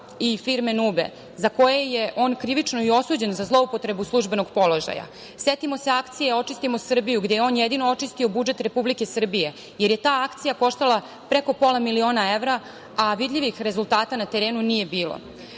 i firme „Nube“, zbog koje je on krivično i osuđen za zloupotrebu službenog položaja. Setimo se akcije „Očistimo Srbiju“, gde je on jedino očistio budžet Republike Srbije, jer je ta akcija koštala preko pola miliona evra, a vidljivih rezultata na terenu nije bilo. Da